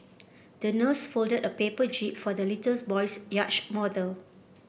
the nurse folded a paper jib for the little boy's yacht model